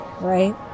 right